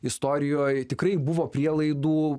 istorijoje tikrai buvo prielaidų